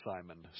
Simon